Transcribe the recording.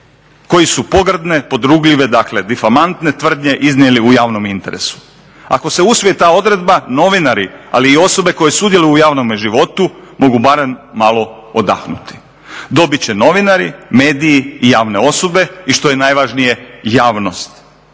koji su pogrdne, podrugljive dakle difamantne tvrdnje iznijeli u javnom interesu. Ako se usvoji ta odredba novinari ali i osobe koje sudjeluju u javnome životu mogu barem malo odahnuti. Dobit će novinari, mediji i javne osobe i što je najvažnije javnost,